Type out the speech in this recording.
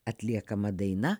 atliekama daina